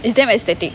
it's damn aesthetic